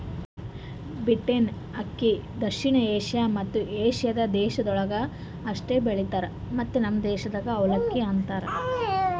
beaten ಅಕ್ಕಿ ದಕ್ಷಿಣ Asia ಮತ್ತ ಏಷ್ಯಾದ ದೇಶಗೊಳ್ದಾಗ್ ಅಷ್ಟೆ ಬೆಳಿತಾರ್ ಮತ್ತ ನಮ್ ದೇಶದಾಗ್ ಅವಲಕ್ಕಿ ಅಂತರ್